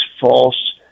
false